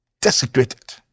desecrated